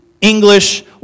English